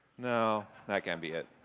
no that can't be it.